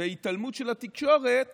והתעלמות של התקשורת